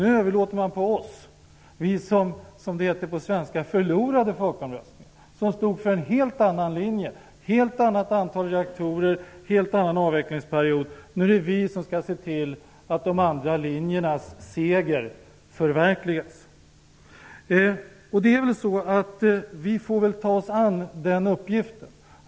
Nu överlåter man på oss -- vi som ''förlorade'' i folkomröstningen, som stod för en helt annan linje, ett helt annat antal reaktorer, en helt annan avvecklingsperiod -- att se till att de andra linjernas seger förverkligas. Vi får väl ta oss an den uppgiften.